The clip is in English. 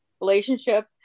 relationship